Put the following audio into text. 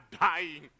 dying